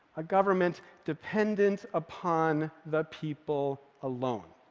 a government dependent upon the people alone.